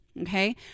Okay